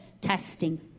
testing